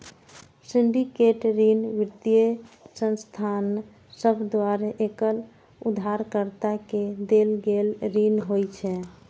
syndicate ऋण वित्तीय संस्थान सभ द्वारा एकल उधारकर्ता के देल गेल ऋण होइ छै